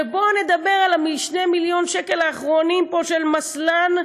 בואו נדבר על 2 מיליון השקלים האחרונים של מסל"ן,